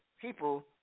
people